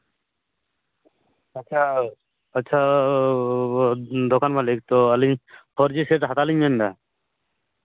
ᱟᱪᱪᱷᱟ ᱟᱪᱪᱷᱟ ᱫᱚᱠᱟᱱ ᱵᱟᱞᱟ ᱮᱠᱴᱩ ᱟᱹᱞᱤᱧ ᱯᱷᱳᱨᱡᱤ ᱥᱮᱴ ᱦᱟᱛᱟᱣᱞᱤᱧ ᱢᱮᱱᱫᱟ